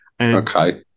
Okay